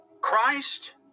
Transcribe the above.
Christ